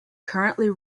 currently